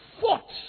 fought